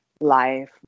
life